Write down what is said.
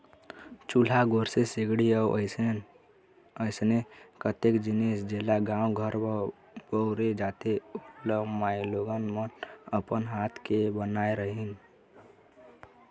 चूल्हा, गोरसी, सिगड़ी अउ अइसने कतेक जिनिस जेला गाँव घर म बउरे जाथे ओ ल माईलोगन मन अपन हात ले बनात रहिन